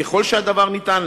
ככל שהדבר ניתן,